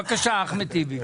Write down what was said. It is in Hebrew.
בבקשה, אחמד טיבי.